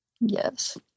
Yes